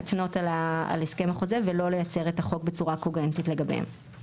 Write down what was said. להתנות על הסכם החוזה ולא ליצר את החוק בצורה קוגנטית לגביהם.